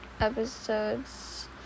episodes